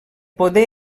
poder